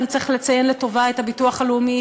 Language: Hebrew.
ואני צריכה לציין לטובה את הביטוח הלאומי,